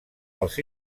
els